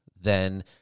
then-